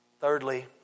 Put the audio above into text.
Thirdly